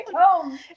home